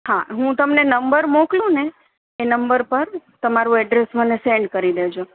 હા હુ તમને નંબર મોકલુંને એ નંબર પર તમારું એડ્રૈસ પર તમારું એડ્રૈસ મને સેન્ડ કરી દેજો